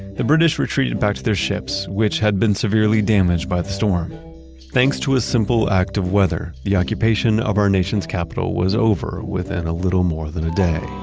the british retreated back to their ships, which had been severely damaged by the storm thanks to a simple act of weather, the occupation of our nation's capitol was over within a little more than a day